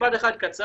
משפט אחד קצר.